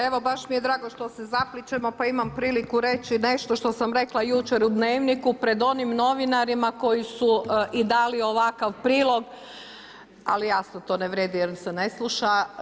Evo baš mi je drago što se zaplićemo, pa imam priliku reći nešto što sam rekla jučer u Dnevniku pred onim novinarima koji su i dali ovakav prilog, ali jasno to ne vrijedi jer se ne sluša.